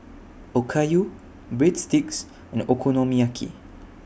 Okayu Breadsticks and Okonomiyaki